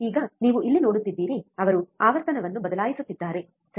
ಈಗ ನೀವು ಇಲ್ಲಿ ನೋಡುತ್ತೀರಿ ಅವರು ಆವರ್ತನವನ್ನು ಬದಲಾಯಿಸುತ್ತಿದ್ದಾರೆ ಸರಿ